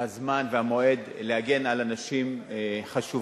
הזמן והמועד להגן על אנשים חשובים,